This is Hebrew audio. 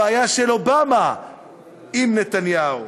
הבעיה של אובמה עם נתניהו.